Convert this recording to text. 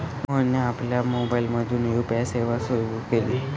मोहनने आपल्या मोबाइलमधून यू.पी.आय सेवा सुरू केली